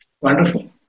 Wonderful